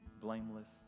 blameless